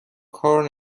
کار